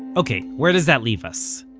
ok where does that leave us?